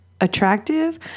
attractive